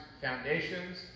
foundations